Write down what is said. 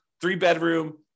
three-bedroom